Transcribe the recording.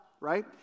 right